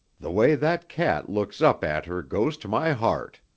the way that cat looks up at her goes to my heart.